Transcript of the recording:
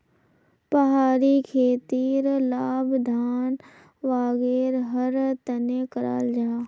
पहाड़ी खेतीर लाभ धान वागैरहर तने कराल जाहा